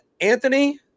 Anthony